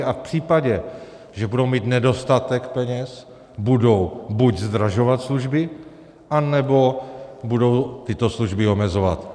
A v případě, že budou mít nedostatek peněz, budou buď zdražovat služby, anebo budou tyto služby omezovat.